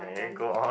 okay go on